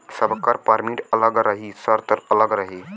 सबकर परमिट अलग रही सर्त अलग रही